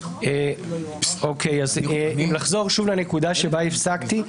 אם לחזור שוב לנקודה שבה הפסקתי,